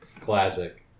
Classic